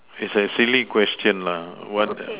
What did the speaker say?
it's a silly question lah what the